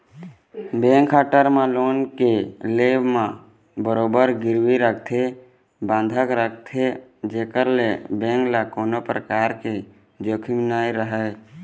bank ह term loan के ले म बरोबर गिरवी रखथे बंधक रखथे जेखर ले बेंक ल कोनो परकार के जोखिम नइ रहय